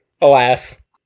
alas